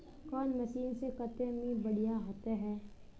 कौन मशीन से कते में बढ़िया होते है?